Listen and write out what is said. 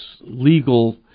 legal